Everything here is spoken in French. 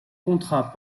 contrat